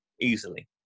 Easily